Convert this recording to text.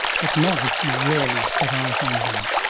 but not if you rarely set eyes on them.